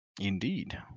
Indeed